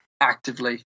actively